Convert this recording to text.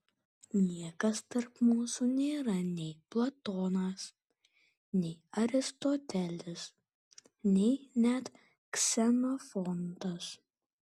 niekas tarp mūsų nėra nei platonas nei aristotelis nei net ksenofontas